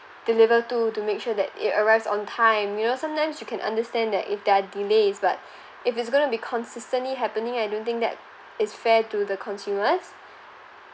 deliver to to make sure that it arrives on time you know sometimes you can understand that if there are delays but if it's going to be consistently happening I don't think that is fair to the consumers